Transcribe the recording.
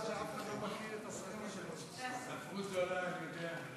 שלוש דקות, אדוני.